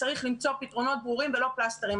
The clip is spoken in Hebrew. צריך למצוא פתרונות ברורים ולא פלסטרים.